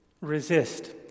resist